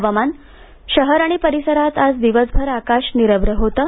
हवामान शहर आणि परिसरात आज दिवसभर आकाश निरभ्र होतं